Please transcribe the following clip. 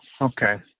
Okay